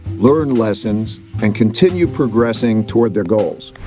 learn lessons, and continue progressing toward their goals,